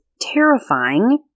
terrifying